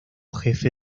jefe